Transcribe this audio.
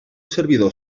servidor